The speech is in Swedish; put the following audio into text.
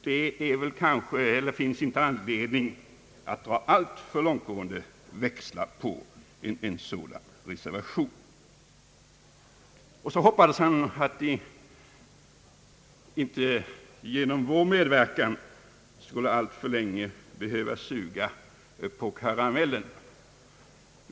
Det finns därför inte anledning att dra alltför långtgående växlar på en sådan reservation. Vidare hoppades herr Ottosson att oppositionen genom: vår medverkan inte alltför länge skulle behöva suga på karamellen.